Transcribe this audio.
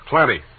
Plenty